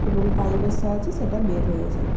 এবং পাইপের সাহায্যে সেটা বের হয়ে যায়